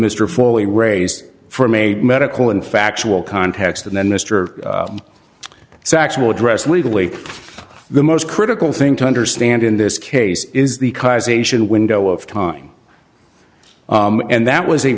mr fully raised from a medical and factual context and then mister sacks will address legally the most critical thing to understand in this case is the asian window of time and that was a